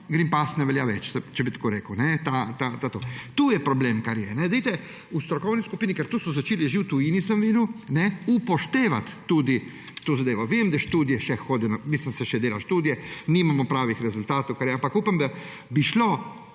Green Pass ne velja več, da tako rečem. Tu je problem. Dajte v strokovni skupini, ker to so začeli že v tujini, sem videl, upoštevati tudi to zadevo. Vem, da študije še hodijo, mislim se še delajo študije. Nimamo pravih rezultatov, ampak upamo, da bi šlo